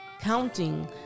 Counting